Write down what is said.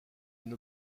une